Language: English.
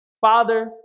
Father